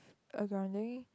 a